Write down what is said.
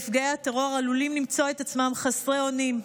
נפגעי הטרור עלולים למצוא את עצמם חסרי אונים.